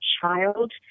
child